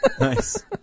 Nice